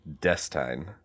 Destine